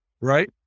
right